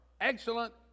excellent